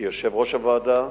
כיושב-ראש הוועדה: